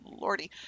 lordy